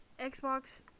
Xbox